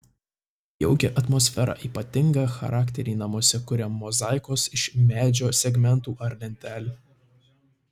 jaukią atmosferą ypatingą charakterį namuose kuria mozaikos iš medžio segmentų ar lentelių